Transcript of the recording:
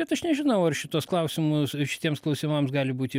bet aš nežinau ar šituos klausimus šitiems klausimams gali būti